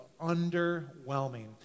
underwhelming